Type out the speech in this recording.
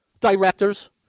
directors